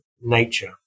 nature